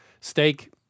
Steak